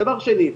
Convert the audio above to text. דבר שני,